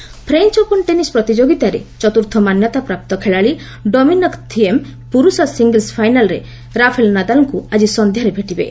French open French open tennis ପ୍ରତିଯୋଗିତାରେ ଚତୁର୍ଥ ମାନ୍ୟତାପ୍ରାପ୍ତ ଖେଳାଳି ଡୋମିନକ୍ ଥିଏମ୍ ପୁରୁଷ ସିଙ୍ଗଲ୍ସ୍ ଫାଇନାଲ୍ରେ ରାଫେଲ୍ ନାଦାଲ୍ଙ୍କୁ ଆଜି ସନ୍ଧ୍ୟାରେ ଭେଟିବେ